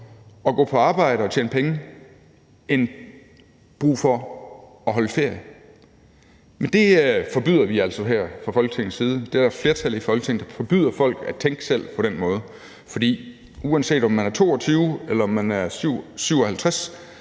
at gå på arbejde og tjene penge end brug for at holde ferie. Men det forbyder vi altså her fra Folketingets side. Der er et flertal i Folketinget, der forbyder folk at tænke selv på den måde, for uanset om man er 22 år, eller om man er 57